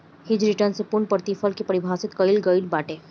hedge return से पूर्णप्रतिफल के पारिभाषित कईल गईल बाटे